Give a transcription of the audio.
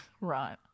Right